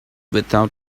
without